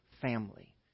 family